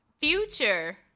Future